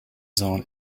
zone